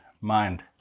mind